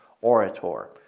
orator